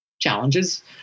challenges